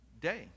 day